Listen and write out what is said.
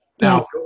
Now